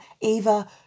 Eva